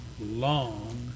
long